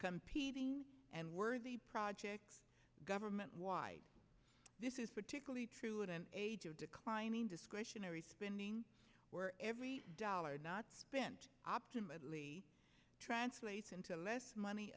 competing and worthy projects government wide this is particularly true in an age of declining discretionary spending where every dollar not optimally translates into less money